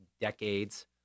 decades